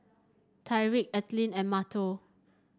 Tyrik Ethelyn and Mateo